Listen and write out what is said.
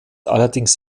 allerdings